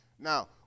Now